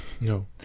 No